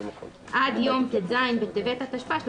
עד יום ט"ז בטבת התשפ"א,